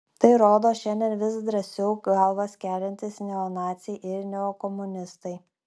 tai rodo šiandien vis drąsiau galvas keliantys neonaciai ir neokomunistai